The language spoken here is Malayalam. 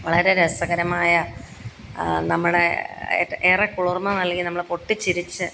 വളരെ രസകരമായ നമ്മുടെ ഏറെ കുളിർമ്മ നൽകി നമ്മള് പൊട്ടിച്ചിരിച്ച്